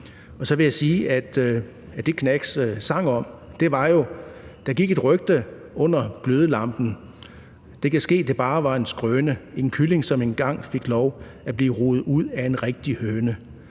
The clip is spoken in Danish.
Og så vil jeg sige, at det, Gnags sang om, var jo: »Der gik et rygte under glødelampen/Ka' ske det bare var en skrøne:/En kylling som en gang fik lov at/Bli' ruget ud af en rigtig høne.«